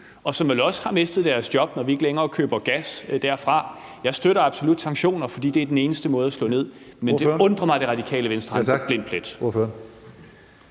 og som vel også har mistet deres job, når vi ikke længere køber gas derfra. Jeg støtter absolut sanktioner, fordi det er den eneste måde at slå ned på det på. Men det undrer mig, at Radikale Venstre har sådan en blind plet.